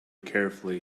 carefully